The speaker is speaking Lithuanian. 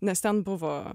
nes ten buvo